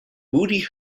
moody